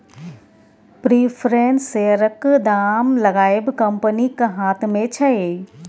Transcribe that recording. preference शेयरक दाम लगाएब कंपनीक हाथ मे छै